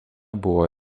buvo